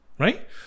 right